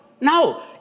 No